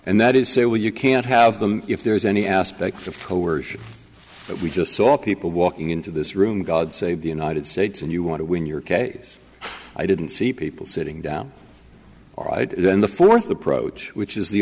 and that is say well you can't have them if there's any aspect of coercion that we just saw people walking into this room god save the united states and you want to win your case i didn't see people sitting down right then the fourth approach which is the